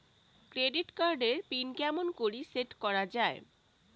Credit card এর pin কেমন করি সেট করা য়ায়?